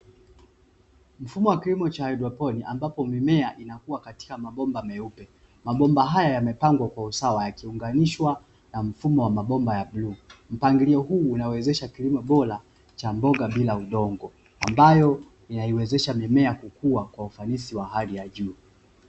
Mfumo wa kilimo cha haidroponi ambapo mimea inakuwa katika mabomba meupe, mabomba haya yamepangwa kwa usawa yakiunganishwa na mfumo wa mabomba ya bluu. Mpangilio huu unawezesha kilimo bora cha mboga bila udongo, ambayo inaiwezesha mimea kukua kwa ufanisi wa hali ya juu.